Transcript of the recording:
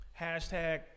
hashtag